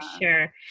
sure